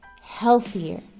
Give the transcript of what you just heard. healthier